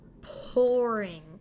pouring